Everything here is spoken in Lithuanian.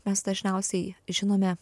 mes dažniausiai žinome